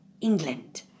England